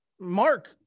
Mark